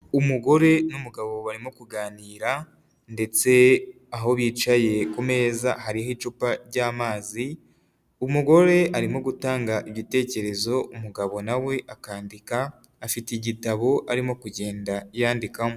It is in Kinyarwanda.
Umugore n'umugabo barimo kuganira, ndetse aho bicaye ku meza hariho icupa ry'amazi, umugore arimo gutanga igitekerezo umugabo nawe akandika afite igitabo arimo kugenda yanyandikamo.